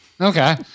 okay